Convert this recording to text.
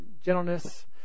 gentleness